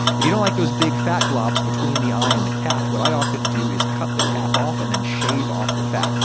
if you don't like those big fat globs between the eye and the cap, what i often do is cut the cap off and then shave off the fat.